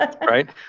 right